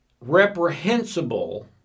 reprehensible